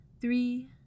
three